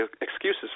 excuses